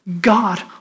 God